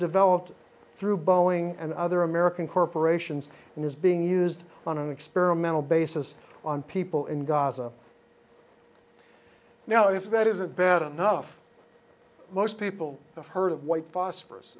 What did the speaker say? developed through boeing and other american corporations and is being used on an experimental basis on people in gaza now if that isn't bad enough most people have heard that white phosphorus